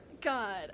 god